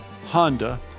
Honda